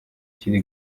kiri